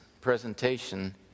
presentation